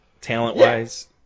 talent-wise